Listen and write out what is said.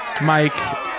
Mike